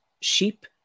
Sheep